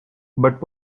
but